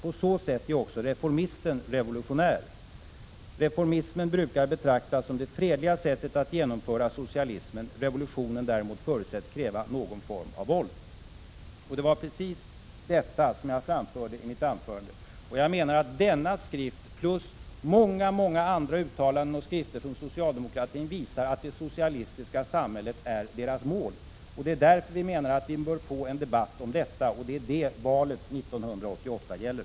På så sätt är också reformisten revolutionär. Reformismen brukar betraktas som det fredliga sättet att genomföra socialismen. Revolutionen däremot förutsätts kräva någon form av våld.” Det var precis detta som jag framförde i mitt anförande. Denna skrift plus många andra uttalanden och skrifter från socialdemokratin visar att det socialistiska samhället är socialdemokratins mål. Det är därför vi menar att vi bör få en debatt om denna sak, och det är detta valet 1988 gäller.